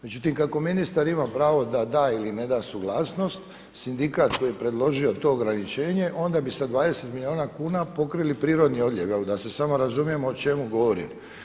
Međutim, kako ministar ima pravo da da ili ne da suglasnost sindikat koji je predložio to ograničenje onda bi sa 20 milijuna kuna pokrili prirodni odlijev evo da se samo razumijemo o čemu govorim.